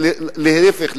ולהיפך,